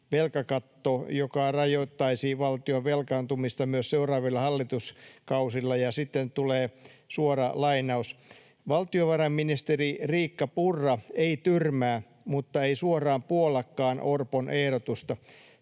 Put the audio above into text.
velkakatto, joka rajoittaisi valtion velkaantumista myös seuraavilla hallituskausilla. Ja sitten tulee suora lainaus: ”Valtiovarainministeri Riikka Purra ei tyrmää, mutta ei suoraan puollakaan Orpon ehdotusta.